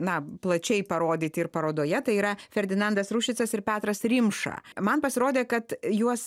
na plačiai parodyti ir parodoje tai yra ferdinandas ruščicas ir petras rimša man pasirodė kad juos